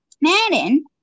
Madden